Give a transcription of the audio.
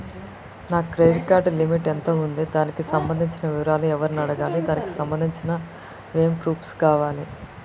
నా credit limit ఎంత ఉంది? దానికి సంబంధించిన వివరాలు ఎవరిని అడగాలి? దానికి సంబంధించిన ఏమేం ప్రూఫ్స్ కావాలి?